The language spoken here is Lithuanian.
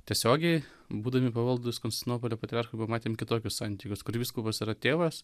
tiesiogiai būdami pavaldūs konstantinopolio patriarcho pamatėme kitokius santykius kur vyskupas yra tėvas